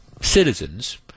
citizens